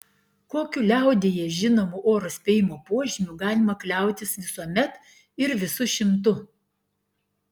kokiu liaudyje žinomu oro spėjimo požymiu galima kliautis visuomet ir visu šimtu